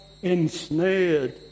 ensnared